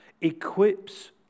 equips